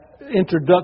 introduction